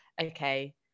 okay